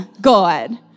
God